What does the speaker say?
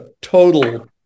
total